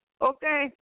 okay